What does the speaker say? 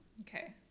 Okay